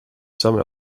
some